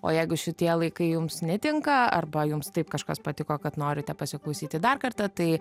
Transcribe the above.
o jeigu šitie laikai jums netinka arba jums taip kažkas patiko kad norite pasiklausyti dar kartą tai